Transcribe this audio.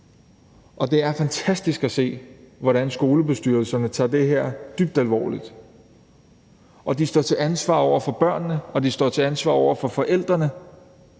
Og det er fantastisk at se, hvordan skolebestyrelserne tager det her dybt alvorligt, og de står til ansvar over for børnene, og de står til ansvar over for forældrene.